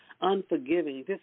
unforgiving